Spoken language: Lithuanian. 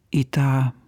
į tą